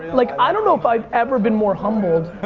like i don't know if i've ever been more humbled.